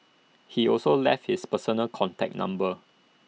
he also left his personal contact number